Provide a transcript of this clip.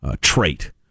trait